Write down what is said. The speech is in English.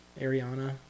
Ariana